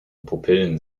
pupillen